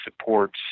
supports